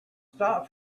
stop